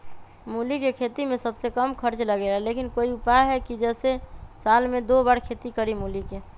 मूली के खेती में सबसे कम खर्च लगेला लेकिन कोई उपाय है कि जेसे साल में दो बार खेती करी मूली के?